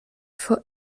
for